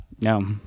No